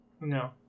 no